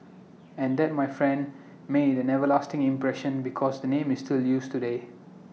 and that my friend made an everlasting impression because the name is still used today